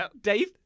Dave